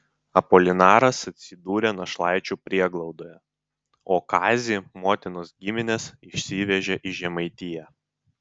apolinaras atsidūrė našlaičių prieglaudoje o kazį motinos giminės išsivežė į žemaitiją